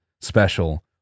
special